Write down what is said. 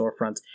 storefronts